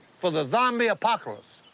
for the zombie apocalyse.